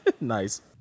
Nice